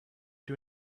two